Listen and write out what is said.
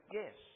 yes